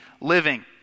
living